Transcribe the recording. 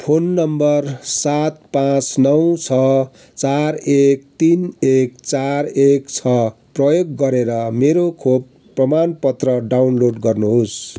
phone number सात पाचँ नौ छ चार एक तिन एक चार एक छ प्रयोग गरेर मेरो खोप प्रमाणपत्र डाउनलोड गर्नुहोस्